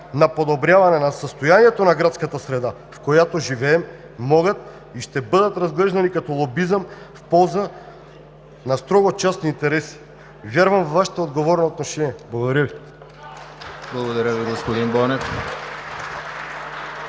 на подобряване състоянието на градската среда, в която живеем, могат и ще бъдат разглеждани като лобизъм в полза на частни интереси. Вярвам във Вашето отговорно решение. Благодаря Ви. (Ръкопляскания от